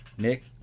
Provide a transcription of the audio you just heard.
Nick